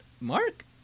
Mark